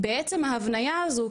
בעצם ההבניה הזאת,